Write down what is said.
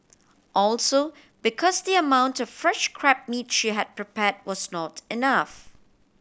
also because the amount of fresh crab meat she had prepare was not enough